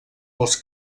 els